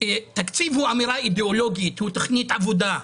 תקציב הוא אמירה אידיאולוגית, הוא תוכנית עבודה,